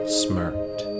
smirked